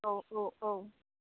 औ औ औ